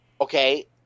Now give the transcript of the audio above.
Okay